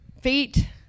Feet